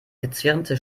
gezwirnte